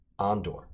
Andor